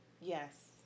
Yes